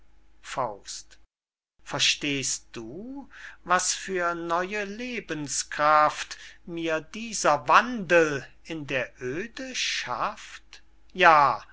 leib verstehst du was für neue lebenskraft mir dieser wandel in der oede schafft ja